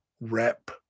rep